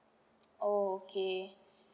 orh okay